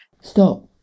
stop